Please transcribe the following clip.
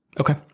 Okay